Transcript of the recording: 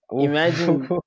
Imagine